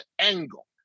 angle